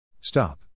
Stop